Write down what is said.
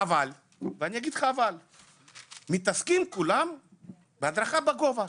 אבל כולם מתעסקים בהדרכה בגובה,